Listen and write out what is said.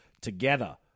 together